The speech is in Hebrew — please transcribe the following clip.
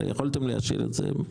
יכולתם להשאיר את זה.